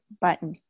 button